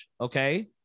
okay